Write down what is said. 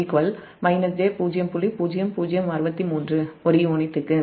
0063 ஒரு யூனிட்டுக்கு